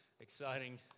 exciting